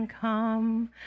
come